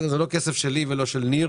זה לא כסף שלי ולא של ניר